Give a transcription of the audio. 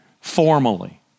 formally